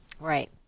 Right